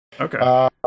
Okay